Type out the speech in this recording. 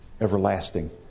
everlasting